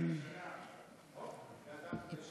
עשר דקות לרשותך.